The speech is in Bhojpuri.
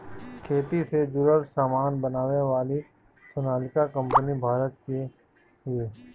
खेती से जुड़ल सामान बनावे वाली सोनालिका कंपनी भारत के हिय